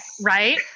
right